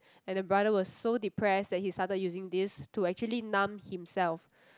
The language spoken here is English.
and the brother was so depressed that he started using this to actually numb himself